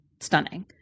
Stunning